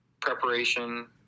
preparation